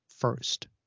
first